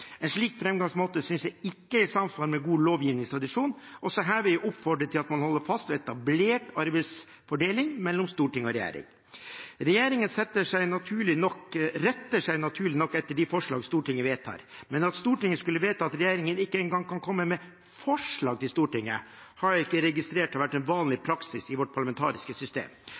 En slik framgangsmåte synes jeg ikke er i samsvar med god lovgivningstradisjon. Også her vil jeg oppfordre til at man holder fast ved etablert arbeidsfordeling mellom storting og regjering. Regjeringen retter seg – naturlig nok – etter de forslag Stortinget vedtar, men at Stortinget skulle vedta at regjeringen ikke engang kan komme med forslag til Stortinget, har jeg ikke registrert har vært vanlig praksis i vårt parlamentariske system.